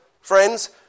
friends